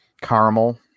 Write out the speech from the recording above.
caramel